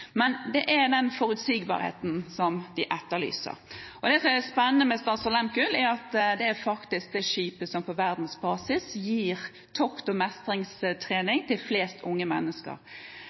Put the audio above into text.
Det er forutsigbarhet de etterlyser. Det som er spennende med «Statsraad Lehmkuhl», er at det faktisk er det skipet som på verdensbasis gir tokt- og mestringstrening til flest unge mennesker.